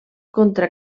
contra